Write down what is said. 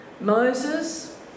Moses